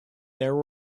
there